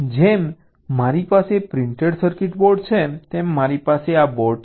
જેમ મારી પાસે પ્રિન્ટેડ સર્કિટ બોર્ડ છે તેમ મારી પાસે બોર્ડ છે